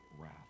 wrath